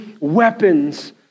weapons